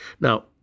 Now